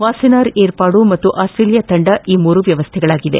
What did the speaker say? Wassenaar ಏರ್ಪಾಡು ಹಾಗೂ Australia ತಂಡ ಈ ಮೂರು ವ್ಕವಸ್ಥೆಗಳಾಗಿವೆ